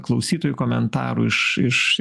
klausytojų komentarų iš iš